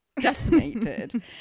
decimated